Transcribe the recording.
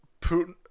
Putin